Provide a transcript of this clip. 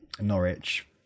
Norwich